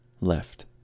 left